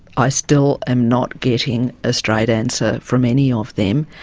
i still am not getting a straight answer from any of them.